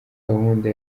gahunda